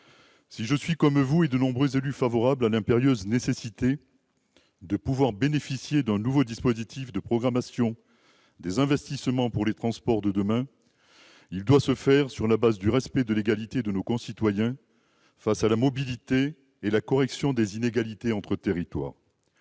Si je suis, comme vous et de nombreux élus, conscient de l'impérieuse nécessité de pouvoir bénéficier d'un nouveau dispositif de programmation des investissements pour les transports de demain, je considère que celui-ci doit se bâtir sur la base du respect de l'égalité de nos concitoyens face à la mobilité et de la correction des inégalités entre territoires.